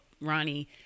Ronnie